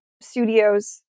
studios